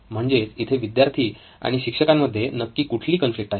म्हणजेच इथे विद्यार्थी आणि शिक्षकांमध्ये नक्की कुठली कॉन्फ्लिक्ट आहे